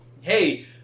hey